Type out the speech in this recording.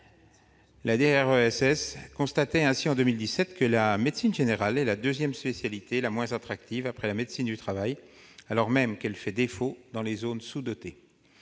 La Drees constatait néanmoins en 2017 que la médecine générale était la deuxième spécialité la moins attractive après la médecine du travail, alors même qu'elle fait défaut dans les zones sous-dotées.